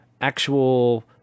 actual